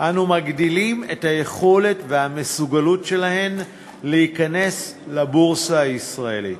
אנו מגדילים את היכולת והמסוגלות שלהן להיכנס לבורסה הישראלית.